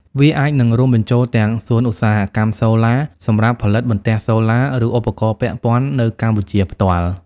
វាអាចនឹងរួមបញ្ចូលទាំង សួនឧស្សាហកម្មសូឡា សម្រាប់ផលិតបន្ទះសូឡា ឬឧបករណ៍ពាក់ព័ន្ធនៅកម្ពុជាផ្ទាល់។